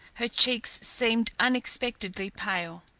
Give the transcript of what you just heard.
her cheeks seemed unexpectedly pale.